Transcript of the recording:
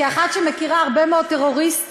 כאחת שמכירה הרבה מאוד טרוריסטים,